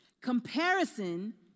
Comparison